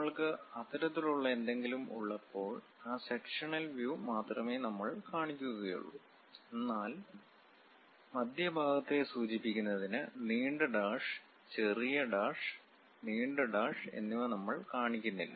നമ്മൾക്ക് അത്തരത്തിലുള്ള എന്തെങ്കിലും ഉള്ളപ്പോൾ ആ സെക്ഷനൽ വ്യൂ മാത്രമേ നന്മൾ കാണിക്കുകയുള്ളു എന്നാൽ മധ്യഭാഗത്തെ സൂചിപ്പിക്കുന്നതിന് നീണ്ട ഡാഷ് ചെറിയ ഡാഷ് നീണ്ട ഡാഷ് എന്നിവ നമ്മൾ കാണിക്കുന്നില്ല